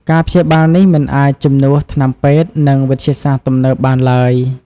ការព្យាបាលនេះមិនអាចជំនួសថ្នាំពេទ្យ និងវិទ្យាសាស្ត្រទំនើបបានឡើយ។